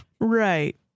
Right